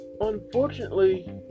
Unfortunately